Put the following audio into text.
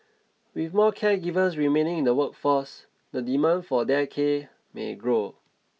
with more caregivers remaining in the workforce the demand for dare care may grow